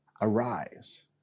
arise